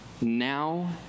Now